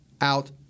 out